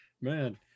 man